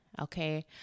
Okay